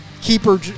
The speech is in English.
keeper